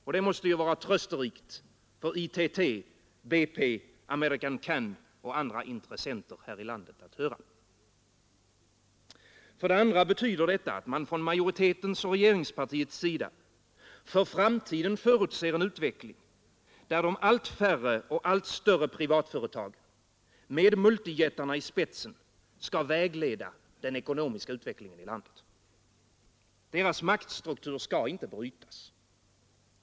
Och det måste vara trösterikt för ITT, BP, American Can och andra intressenter här i landet att höra. För det andra betyder detta uttalande att man från majoritetens och regeringspartiets sida för framtiden förutser en utveckling, där de allt färre och större privatföretagen med multijättarna i spetsen skall vägleda den ekonomiska utvecklingen i landet. Deras maktstruktur skall inte brytas.